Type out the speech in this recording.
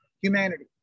Humanity